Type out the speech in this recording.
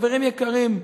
חברים יקרים,